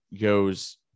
goes